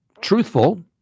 truthful